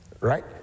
Right